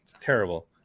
terrible